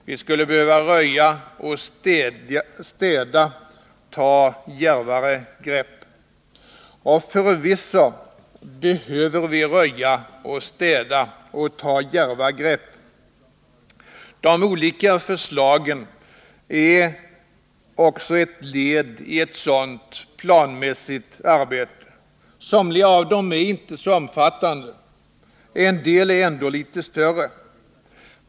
Vi skulle behöva röja och städa och ta djärvare grepp. Och förvisso behöver vi göra det. De olika förslagen är också ett led i ett sådant planmässigt arbete. Somliga av dem är inte så omfattande — en del är litet större.